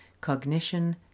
Cognition